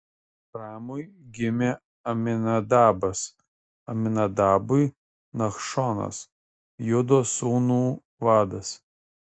ramui gimė aminadabas aminadabui nachšonas judo sūnų vadas